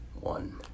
one